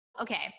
Okay